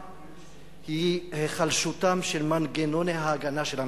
היא היחלשותם של מנגנוני ההגנה של המדינה.